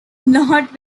not